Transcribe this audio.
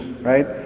right